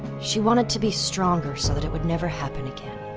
she wanted to be stronger so that it would never happen again.